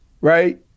right